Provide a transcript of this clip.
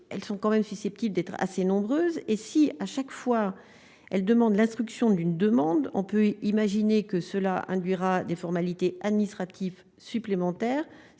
elles sont quand même susceptible d'être assez nombreuses et si à chaque fois, elle demande l'instruction d'une demande, on peut imaginer que cela induira des formalités administratives supplémentaires,